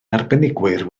arbenigwyr